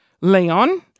Leon